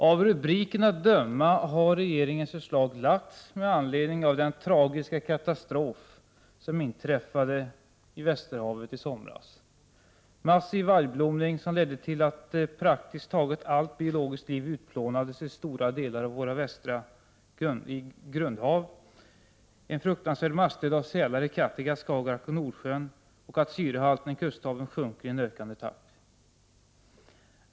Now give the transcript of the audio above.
Av rubriken att döma har regeringens förslag lagts fram med anledning av den tragiska katastrof som inträffade i Västerhavet i somras — massiv algblomning som ledde till att praktiskt taget allt biologiskt liv utplånades i stora delar av våra västra grundhav, en fruktansvärd massdöd av sälar i Kattegatt, Skagerrak och Nordsjön, och att syrehalten i kusthaven sjönk i en ökande takt.